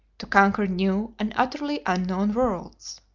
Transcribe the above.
to conquer new and utterly unknown worlds!